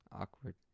awkward